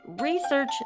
Research